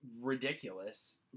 ridiculous